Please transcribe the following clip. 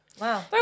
wow